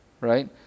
Right